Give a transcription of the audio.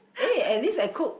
eh at least I cook